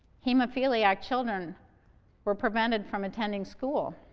hemophiliac children were prevented from attending school.